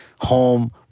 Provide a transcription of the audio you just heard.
home